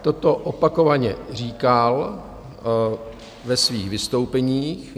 Toto opakovaně říkal ve svých vystoupeních.